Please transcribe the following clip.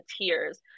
tears